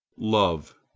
love.